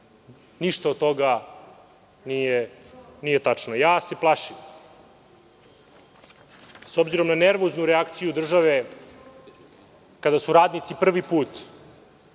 Ništa od toga nije tačno. Plašim se, s obzirom na nervoznu reakciju države kada su radnici prvi put